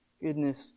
goodness